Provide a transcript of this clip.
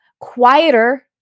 quieter